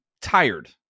tired